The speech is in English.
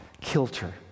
kilter